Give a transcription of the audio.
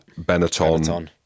Benetton